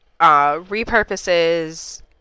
repurposes